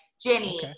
Jenny